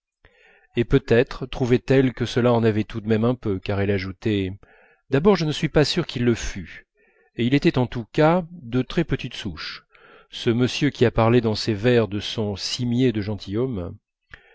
et peut-être trouvait-elle que cela en avait tout de même un peu car elle ajoutait d'abord je ne suis pas sûre qu'il le fût et il était en tout cas de très petite souche ce monsieur qui a parlé dans ses vers de son cimier de gentilhomme